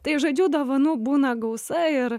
tai žodžiu dovanų būna gausa ir